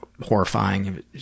horrifying